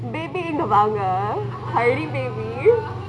baby இங்க வாங்க:inge vaange hari baby